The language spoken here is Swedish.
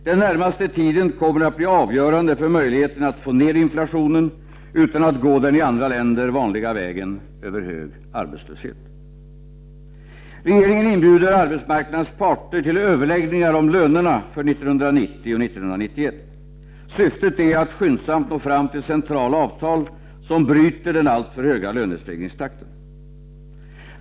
Den närmaste tiden kommer att bli avgörande för möjligheten att få ned inflationen utan att gå den i andra länder vanliga vägen över hög arbetslöshet. Regeringen inbjuder arbetsmarknadens parter till överläggningar om lönerna för 1990 och 1991. Syftet är att skyndsamt nå fram till centrala avtal, som bryter den alltför höga lönestegringstakten.